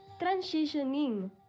transitioning